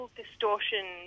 distortion